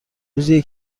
روزیه